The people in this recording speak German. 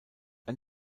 ein